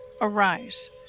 Arise